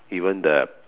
even the